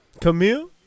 Camille